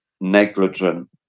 negligent